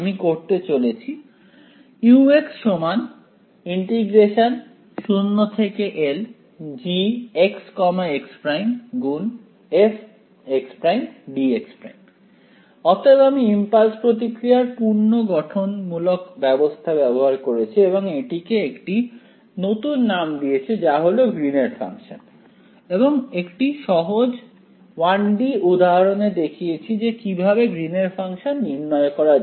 আমি করতে চলেছি u অতএব আমি ইমপালস প্রতিক্রিয়ার পূর্ণ গঠন মূলক ব্যবস্থা ব্যবহার করেছি এবং এটিকে একটি নতুন নাম দিয়েছি যা হল গ্রীন এর ফাংশন এবং একটি সহজ 1 D উদাহরনে দেখিয়েছি যে কিভাবে গ্রীন এর ফাংশন নির্ণয় করা যায়